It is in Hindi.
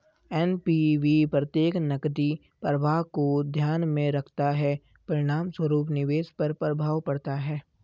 एन.पी.वी प्रत्येक नकदी प्रवाह को ध्यान में रखता है, परिणामस्वरूप निवेश पर प्रभाव पड़ता है